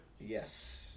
Yes